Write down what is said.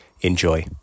Enjoy